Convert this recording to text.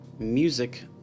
Music